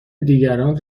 دیگران